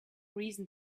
reason